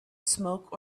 smoke